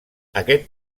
aquest